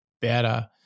better